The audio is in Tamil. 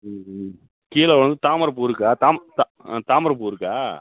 ம் ம் கீழே வந்து தாமரைப்பூ இருக்கா தாம் தாமரைப்பூ இருக்கா